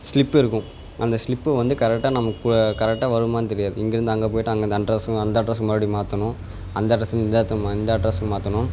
slip இருக்கும் அந்த slip வந்து கரெக்டா நமக்கு கரெக்டா வருமான்னு தெரியாது இங்கேருந்து அங்கேப் போயிட்டால் அங்கே அந்த அட்ரஸ்ஸும் அந்த அட்ரஸ்ஸுக்கு மறுபடி மாற்றணும் அந்த அட்ரஸ்ஸு இந்த அட்ரஸ்ஸுக்கு மாற்றணும்